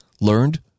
learned